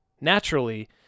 naturally